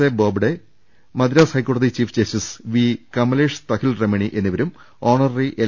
A Bobde Madras ഹൈക്കോടതി chief justice Vijaya Kamlesh Tahilramani എന്നിവരും honorary L